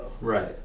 Right